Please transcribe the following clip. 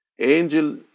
Angel